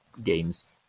games